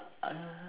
uh